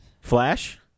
Flash